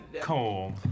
cold